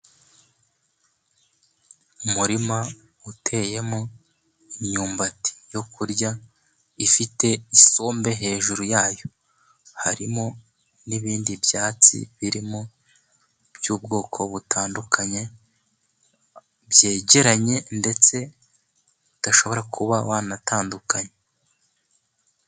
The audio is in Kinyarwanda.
Umurima uteyemo imyumbati yo kurya, ifite isombe hejuru yayo, harimo n'ibindi byatsi birimo by'ubwoko butandukanye, byegeranye ndetse udashobora kuba wanatandukanya.